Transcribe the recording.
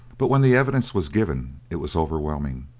but when the evidence was given it was overwhelming.